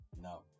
No